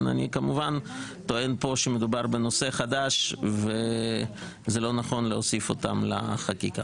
אני כמובן טוען פה שמדובר בנושא חדש וזה לא נכון להוסיף אותם לחקיקה.